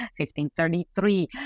1533